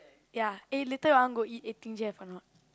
ya eh later you want go eat Eighteen-Chefs or not